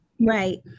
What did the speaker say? Right